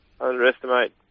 underestimate